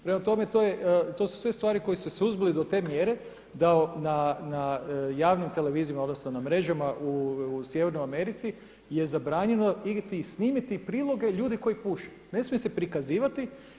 Prema tome, to su sve stvari koje su suzbili do te mjere da na javnim televizijama odnosno na mrežama u sjevernoj Americi je zabranjeno … snimiti priloge ljudi koji puše, ne smije se prikazivati.